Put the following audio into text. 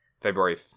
February